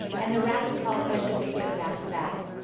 and the rapid calls as you can hear, are back to back.